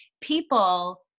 people